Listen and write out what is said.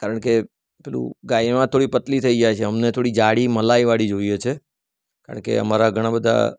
કારણ કે પેલું ગાયમાં થોડી પતલી થઈ જાય છે અમને થોડી જાડી મલાઈવાળી જોઈએ છે કારણ કે અમારા ઘણાં બધા